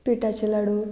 पिठाचें लाडू